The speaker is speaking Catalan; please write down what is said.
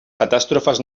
catàstrofes